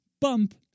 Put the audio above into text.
bump